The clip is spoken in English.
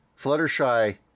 Fluttershy